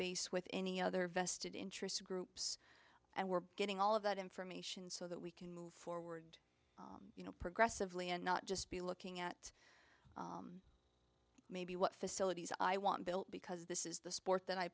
base with any other vested interest groups and we're getting all of that information so that we can move forward you know progressively and not just be looking at maybe what facilities i want built because this is the sport that i